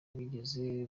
wigeze